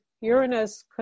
uranus